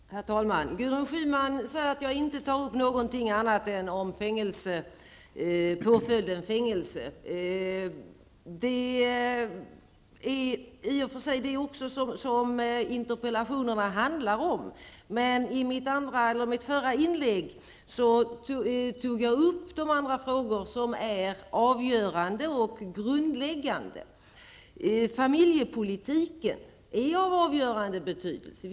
Herr talman! Gudrun Schyman säger att jag inte tog upp något annat än påföljden fängelse. Det är i och för sig detta som interpellationerna handlar om. Men i mitt förra inlägg tog jag upp de andra frågor som är avgörande och grundläggande. Familjepolitiken är av avgörande betydelse.